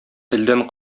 телдән